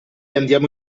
andiamo